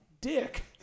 dick